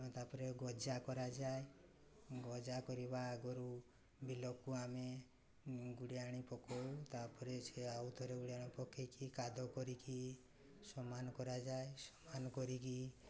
ତା'ପରେ ଗଜା କରାଯାଏ ଗଜା କରିବା ଆଗରୁ ବିଲକୁ ଆମେ ଗୁଡ଼ିଆଣି ପକାଉ ତା'ପରେ ସେ ଆଉ ଥରେ ଗୁଡ଼ିଆଣି ପକାଇକି କାଦ କରିକି ସମାନ କରାଯାଏ ସମାନ କରିକି